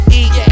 eat